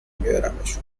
بیارمشون